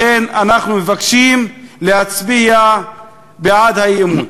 לכן, אנחנו מבקשים להצביע בעד האי-אמון.